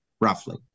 roughly